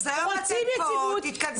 אז היום לצאת פה, תתקדמו עם זה.